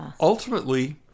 Ultimately-